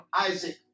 Isaac